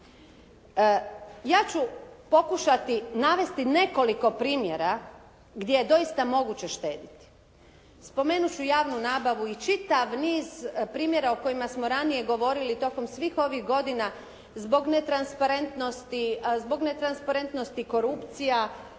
Ja ću pokušati navesti nekoliko primjera gdje je doista moguće štediti. Spomenuti ću javnu nabavu i čitav niz primjera o kojima smo ranije govorili tokom svih ovih godina zbog netransparentnosti,